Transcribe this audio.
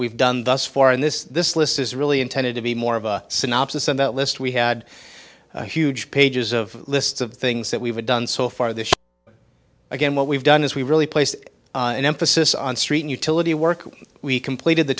we've done thus far in this this list is really intended to be more of a synopsis and that list we had a huge pages of lists of things that we've done so far this again what we've done is we really placed an emphasis on street utility work we completed the